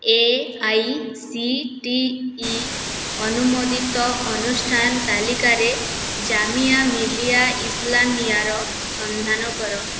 A I C T E ଅନୁମୋଦିତ ଅନୁଷ୍ଠାନ ତାଲିକାରେ ଜାମିଆ ମିଲିଆ ଇସ୍ଲାମିଆର ସନ୍ଧାନ କର